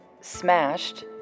smashed